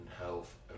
Health